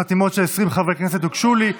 חתימות של 20 חברי כנסת הוגשו לי,